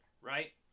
right